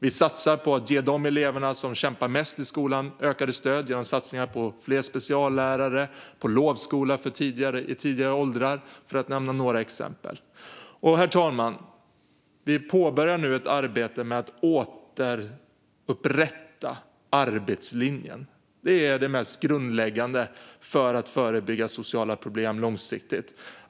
Vi satsar på att ge de elever som kämpar mest i skolan ökade stöd genom satsningar på fler speciallärare och lovskola i tidigare åldrar, för att nämna några exempel. Herr talman! Vi påbörjar nu ett arbete med att återupprätta arbetslinjen. Det är det mest grundläggande för att förebygga sociala problem långsiktigt.